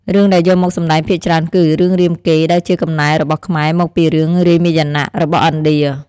រឿងដែលយកមកសម្តែងភាគច្រើនគឺ រឿងរាមកេរ្តិ៍ ដែលជាកំណែរបស់ខ្មែរ មកពីរឿង រាមាយណៈ របស់ឥណ្ឌា។